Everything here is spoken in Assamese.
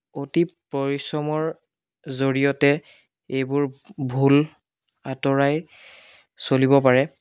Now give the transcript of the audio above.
অতি পৰিশ্ৰমৰ জৰিয়তে এইবোৰ ভুল আঁতৰাই চলিব পাৰে